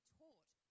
taught